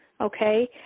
okay